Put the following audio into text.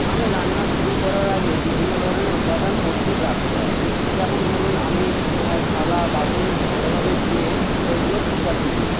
আমি রান্না শুরু করার আগে বিভিন্ন ধরনের উপাদান প্রস্তুত রাখতে হয় যেমন ধরুন আমি থালা বাসন ভালোভাবে ধুয়ে সেইগুলো শুকাতে দিই